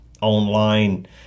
online